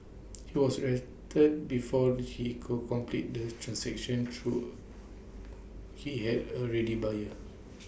he was arrested before he could complete the transaction through he had A ready buyer